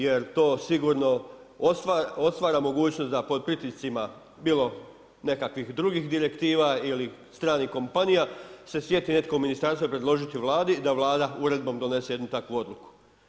Jer to sigurno, otvara mogućnost, da pod pritiscima, bilo nekakvih drugih direktiva ili stranih kompanija, se sjeti netko iz ministarstva predložiti Vladi, da Vlada uredbom donese jednu takvu odluku.